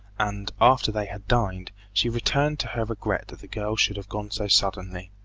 and, after they had dined, she returned to her regret that the girl should have gone so suddenly.